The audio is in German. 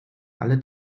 alle